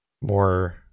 more